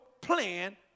plan